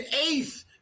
eighth